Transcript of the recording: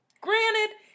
granted